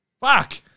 Fuck